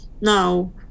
now